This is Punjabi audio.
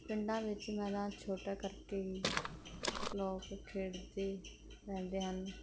ਪਿੰਡਾਂ ਵਿੱਚ ਮੈਦਾਨ ਛੋਟਾ ਕਰਕੇ ਹੀ ਲੋਕ ਖੇਡਦੇ ਰਹਿੰਦੇ ਹਨ